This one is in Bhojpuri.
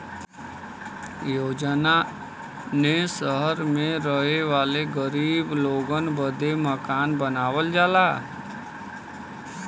योजना ने सहर मे रहे वाले गरीब लोगन बदे मकान बनावल जाला